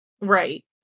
Right